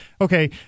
okay